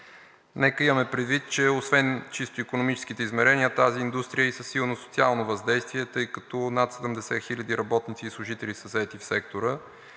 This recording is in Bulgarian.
Нека имаме предвид, че освен чисти икономически измерения тази индустрия е и със силно социално въздействие, тъй като над 70 хиляди работници и служители са заети в сектора